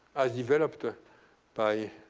as developed ah by